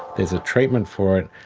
there's a treatment for it.